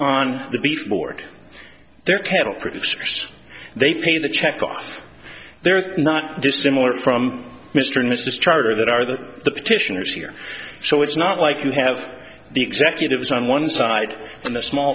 on the beef board their cattle producers they pay the check cost they're not dissimilar from mr and mrs charter that are the petitioners here so it's not like you have the executives on one side and the small